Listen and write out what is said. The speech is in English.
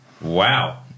Wow